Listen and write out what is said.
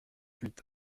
huit